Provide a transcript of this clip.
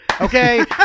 Okay